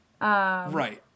Right